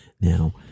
now